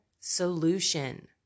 solution